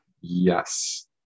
Yes